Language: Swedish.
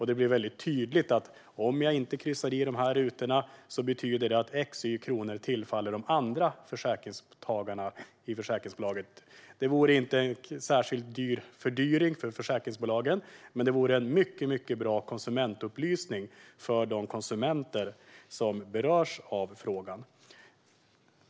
Det blir tydligt att om jag inte kryssar i rutorna betyder det att XY kronor tillfallet de andra försäkringsmottagarna i försäkringsbolaget. Det skulle inte vara en särskilt omfattande fördyring för försäkringsbolagen, men det vore en mycket bra konsumentupplysning för de konsumenter som berörs av frågan.